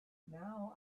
now